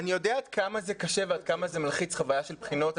אני יודע עד כמה זה קשה ועד כמה זה מלחיץ חוויה של בחינות,